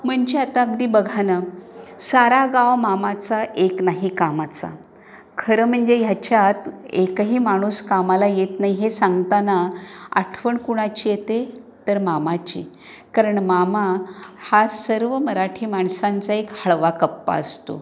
म्हणजे आता अगदी बघा ना सारा गाव मामाचा एक नाही कामाचा खरं म्हणजे ह्याच्यात एकही माणूस कामाला येत नाही हे सांगताना आठवण कुणाची येते तर मामाची कारण मामा हा सर्व मराठी माणसांचा एक हळवा कप्पा असतो